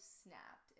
snapped